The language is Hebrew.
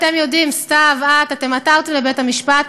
אתם יודעים, סתיו, את, אתם עתרתם לבית-המשפט.